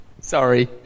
Sorry